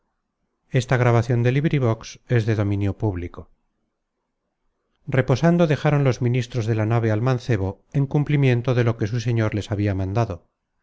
reposando dejaron los ministros de la nave al mancebo en cumplimiento de lo que su señor les habia mandado